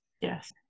yes